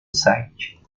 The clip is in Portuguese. site